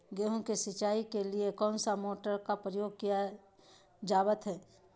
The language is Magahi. गेहूं के सिंचाई के लिए कौन सा मोटर का प्रयोग किया जावत है?